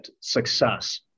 success